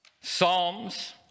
Psalms